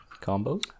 Combo